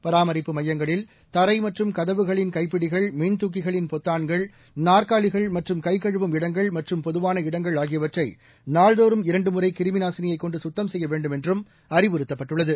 பராமரிப்பு மையங்களில் தரைமற்றும் கதவுகளின் கைப்பிடிகள் மின்துக்கிகளின் பொத்தான்கள் நாற்காலிகள் மற்றும் கைகழுவும் இடங்கள் மற்றும் பொதுவாள இடங்கள் ஆகியவற்றைநாள்தோறும் இரண்டுமுறைகிருமிநாசினியைக் கொண்டுகத்தம் செய்யவேண்டும் என்றும் அறிவுறுத்தப்பட்டுள்ளது